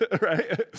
right